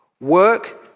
Work